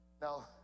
Now